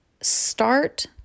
start